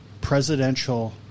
presidential